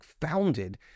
founded